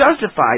justified